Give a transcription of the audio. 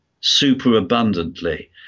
superabundantly